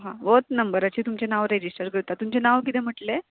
हां होच नंबराचे तुमचें नांव रेजिस्टर करता तुमचें नांव किदें म्हटलें